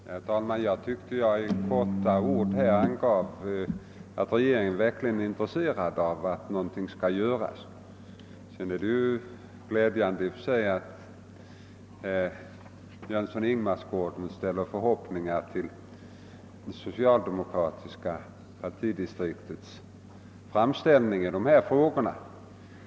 Herr talman! Jag tyckte att jag i korthet angav att regeringen verkligen är intresserad av att någonting skall göras. Det är i och för sig glädjande att herr Jönsson i Ingemarsgården sätter sina förhoppningar till det socialdemokratiska partidistriktets framställning i dessa frågor.